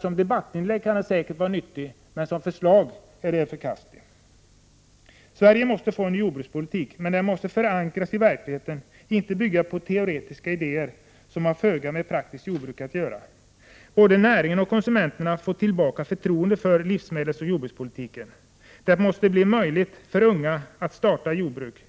Som debattinlägg kan den säkert vara nyttig, men som förslag är den förkastlig. Sverige måste få en ny jordbrukspolitik, men den måste förankras i verkligheten och inte bygga på teoretiska idéer som har föga med ett praktiskt jordbruk att göra. Både näringen och konsumenterna måste få tillbaka förtroendet för livsmedelsoch jordbrukspolitiken. Det måste bli möjligt för unga att starta jordbruk.